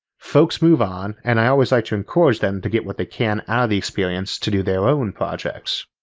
folks move on and i always like to encourage them to get what they can out of the experience to do their own projects.